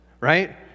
right